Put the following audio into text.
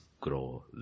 grow